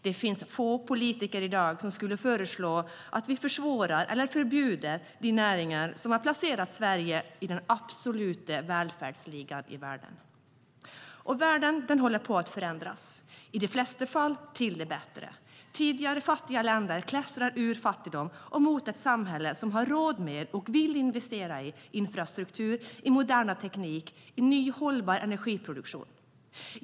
Det finns få politiker i dag som skulle föreslå att vi försvårar eller förbjuder de näringar som har placerat Sverige i den absoluta välfärdsligan i världen. Och världen håller på att förändras, i de flesta fall till det bättre. Tidigare fattiga länder klättrar ur fattigdom och mot ett samhälle som har råd med och vill investera i infrastruktur, i modern teknik och i ny hållbar energiproduktion.